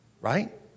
Right